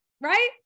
right